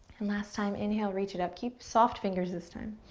and last time, inhale, reach it up. keep soft fingers this time.